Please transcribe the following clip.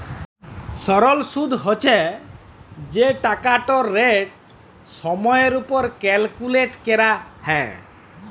সরল সুদ্ হছে যে টাকাটর রেট সময়ের উপর ক্যালকুলেট ক্যরা হ্যয়